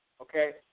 Okay